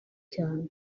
cyane